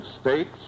States